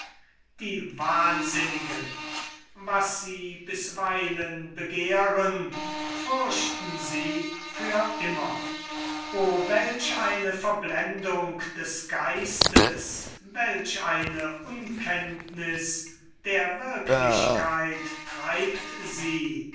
die wahnsinnigen was sie bisweilen begehren fürchten sie für immer o welch eine verblendung des geistes welch eine unkenntniß der wirklichkeit treibt sie